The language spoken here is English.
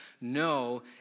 no